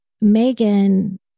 Megan